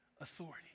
authority